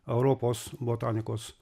europos botanikos